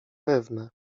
pewne